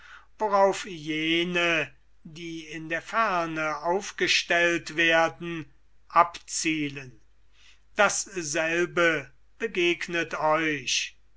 worauf jene die in der ferne aufgestellt werden abzielen dasselbe begegnet euch